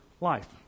life